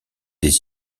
des